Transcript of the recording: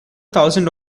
thousand